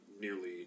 nearly